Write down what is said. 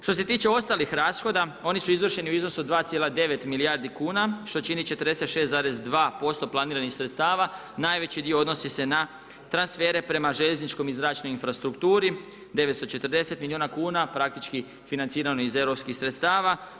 Što se tiče ostalih rashoda oni su izvršeni u iznosu 2,9 milijardi kuna što čini 46,2% planiranih sredstava, najveći dio odnosi se na transfere prema željezničkoj i zračnoj infrastrukturi, 940 milijuna kuna, praktički financirano iz europskih sredstava.